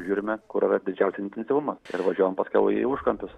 žiūrime kur yra didžiausias intensyvumas ir važiuojam paskiau į užkampius